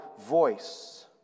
voice